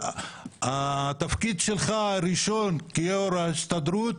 התפקיד הראשון שלך כיושב-ראש ההסתדרות